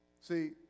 See